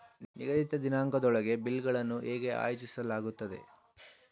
ನಿಗದಿತ ದಿನಾಂಕದೊಳಗೆ ಬಿಲ್ ಗಳನ್ನು ಹೇಗೆ ಆಯೋಜಿಸಲಾಗುತ್ತದೆ?